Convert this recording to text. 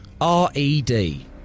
R-E-D